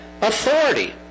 authority